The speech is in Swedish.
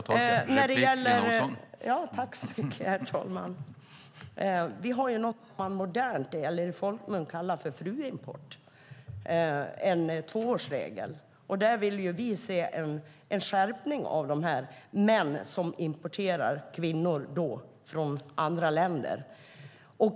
Herr talman! Vi har ju en tvåårsregel för något man i folkmun kallar för fruimport. Där vill vi se en skärpning när det gäller de män som importerar kvinnor från andra länder.